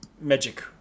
magic